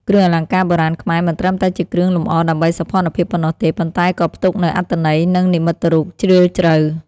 គ្រឿងអលង្ការបុរាណខ្មែរមិនត្រឹមតែជាគ្រឿងលម្អដើម្បីសោភ័ណភាពប៉ុណ្ណោះទេ ប៉ុន្តែក៏ផ្ទុកនូវ អត្ថន័យ និងនិមិត្តរូបជ្រាលជ្រៅ។